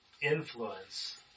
influence